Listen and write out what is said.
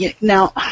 now